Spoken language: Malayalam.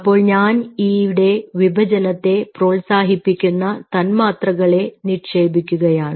അപ്പോൾ ഞാൻ ഇവിടെ വിഭജനത്തെ പ്രോത്സാഹിപ്പിക്കുന്ന തന്മാത്രകളെ നിക്ഷേപിക്കുകയാണ്